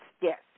yes